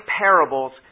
parables